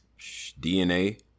DNA